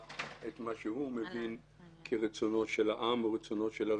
את מה שהוא מבין כרצונו של העם או רצונו של הריבון.